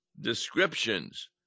descriptions